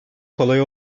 kolay